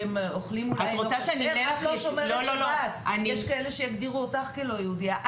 יש כאלה שיגדירו אותך כאילו יהודייה.